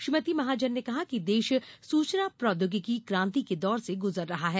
श्रीमती महाजन ने कहा कि देश सूचना प्रौद्योगिकी क्रांति के दौर से गुजर रहा है